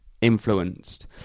influenced